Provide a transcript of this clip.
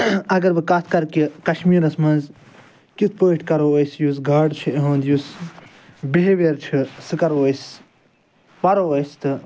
اگر بہٕ کتھ کَرٕ کہ کَشمیٖرَس مَنٛز کِتھ پٲٹھۍ کَرَو أسۍ یُس گڈ چھُ یُہُنٛد یُس بِہیویر چھُ سُہ کرو أسۍ پَرو أسۍ تہٕ